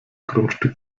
grundstück